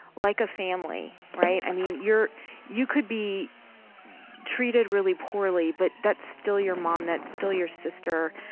like a family. right, i mean, you're you could be treated really poorly but that's still your mom, that's still your sister,